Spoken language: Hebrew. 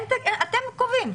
אתם קובעים.